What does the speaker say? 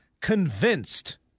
convinced